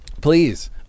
Please